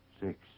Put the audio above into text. Six